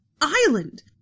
island